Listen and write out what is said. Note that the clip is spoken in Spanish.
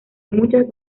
muchas